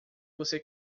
você